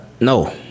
No